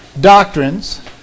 doctrines